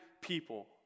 people